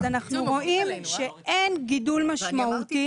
שאנחנו רואים שאין גידול משמעותי,